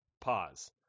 pause